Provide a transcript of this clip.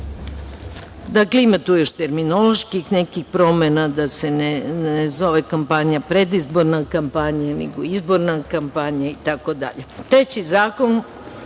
ima tu još terminoloških nekih promena da se ne zove kampanja „predizborna kampanja“ nego „izborna kampanja“ i tako dalje. Treći